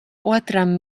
otram